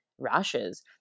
Rashes